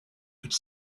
could